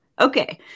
Okay